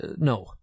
no